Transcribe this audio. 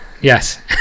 yes